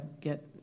get